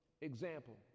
example